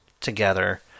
together